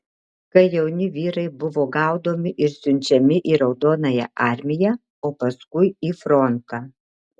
kai jauni vyrai buvo gaudomi ir siunčiami į raudonąją armiją o paskui į frontą